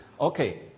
Okay